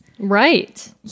Right